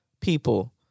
people